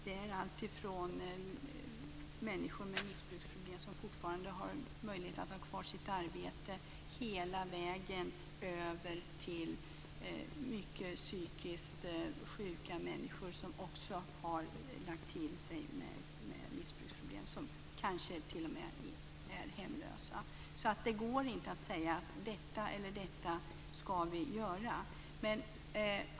Det handlar om alltifrån människor med missbruksproblem som fortfarande har möjlighet att ha kvar sitt arbete hela vägen över till mycket psykiskt sjuka människor som också har missbruksproblem och kanske t.o.m. är hemlösa. Det går alltså inte att säga att detta eller detta ska vi göra.